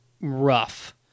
rough